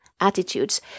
attitudes